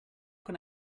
can